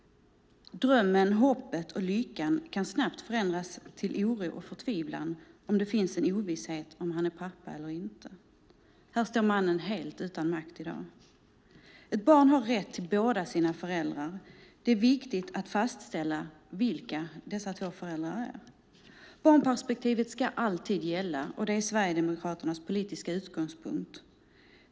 Drömmen, hoppet och lyckan kan snabbt förändras till oro och förtvivlan om det finns en ovisshet om han är pappa eller inte. Här står mannen helt utan makt i dag. Ett barn har rätt till båda sina föräldrar. Det är därför viktigt att fastställa vilka dessa två föräldrar är. Barnperspektivet ska alltid gälla, och det är Sverigedemokraternas politiska utgångspunkt.